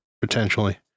potentially